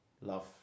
love